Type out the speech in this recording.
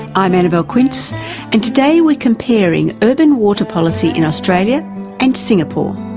i'm annabelle quince and today we're comparing urban water policy in australia and singapore.